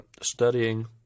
studying